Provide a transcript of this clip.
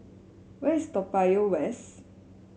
where is Toa Payoh West